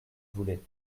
voulait